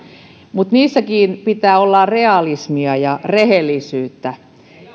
mutta niissäkin pitää olla realismia ja rehellisyyttä